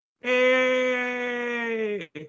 Hey